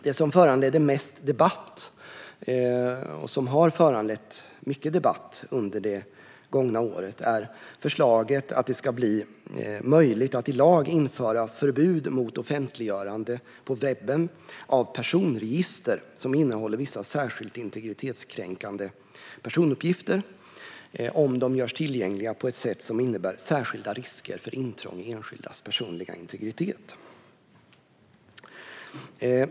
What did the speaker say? Det som föranleder mest debatt, och som har föranlett mycket debatt under det gångna året, är förslaget om att det ska bli möjligt att i lag införa förbud mot offentliggörande på webben av personregister som innehåller vissa särskilt integritetskänsliga personuppgifter, om de görs tillgängliga på ett sätt som innebär särskilda risker för intrång i enskildas personliga integritet.